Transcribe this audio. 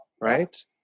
right